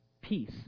peace